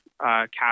cast